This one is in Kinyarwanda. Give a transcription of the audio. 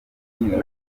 umututsi